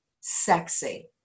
sexy